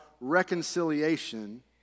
reconciliation